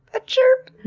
a chirp!